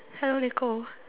hello Nicole